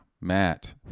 Matt